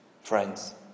friends